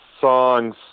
songs